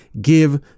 give